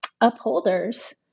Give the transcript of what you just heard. upholders